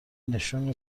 نشون